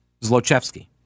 Zlochevsky